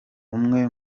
umwe